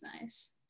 nice